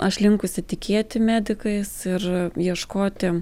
aš linkusi tikėti medikais ir ieškoti